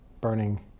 burning